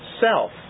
self